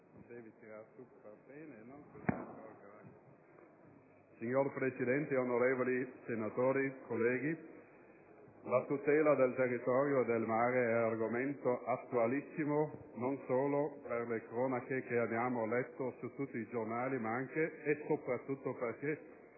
Signor Presidente, onorevoli senatori, la tutela del territorio e del mare è argomento attualissimo, non solo per le cronache che abbiamo letto su tutti i giornali, ma anche e soprattutto perché,